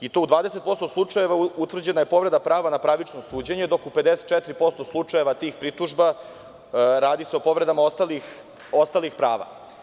U 20% slučajeva utvrđena je povreda prava na pravično suđenje, dok se u 54% slučajeva tih pritužba radi o povredama ostalih prava.